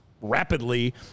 rapidly